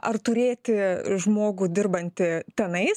ar turėti žmogų dirbantį tenai